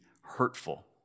hurtful